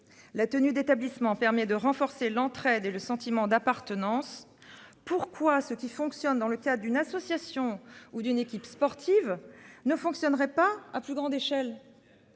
La tenue d'établissements permet de renforcer l'entraide et le sentiment d'appartenance. Pourquoi ce qui fonctionne dans le cas d'une association ou d'une équipe sportive ne fonctionnerait pas à plus grande échelle.